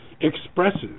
expresses